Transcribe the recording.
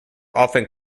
often